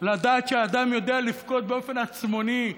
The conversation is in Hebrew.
לדעת שאדם יודע לבכות באופן עצמוני,